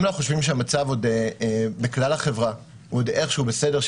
אם אנחנו חושבים שהמצב בכלל החברה הוא עוד איכשהו בסדר,